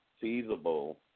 feasible